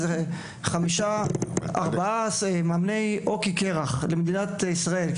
הגיעו ארבעה מאמני הוקי קרח למדינת ישראל.